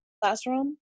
classroom